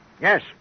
Yes